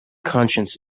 conscience